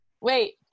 wait